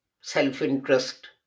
self-interest